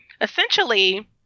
essentially